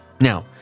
Now